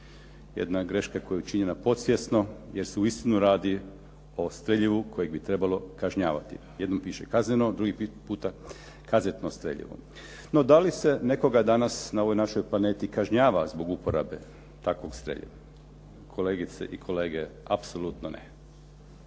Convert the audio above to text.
jedna greška koja je učinjena podsvjesno jer se uistinu radi o streljivu kojeg bi trebalo kažnjavati. Jednom piše kazneno, drugi puta kazetno streljivo. No da li se nekoga danas na ovoj našoj planeti kažnjava zbog uporabe takvog streljiva? Kolegice i kolege, apsolutno ne.